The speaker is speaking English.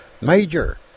Major